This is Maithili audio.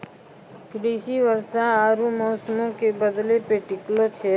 कृषि वर्षा आरु मौसमो के बदलै पे टिकलो छै